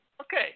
Okay